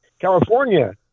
California